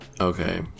Okay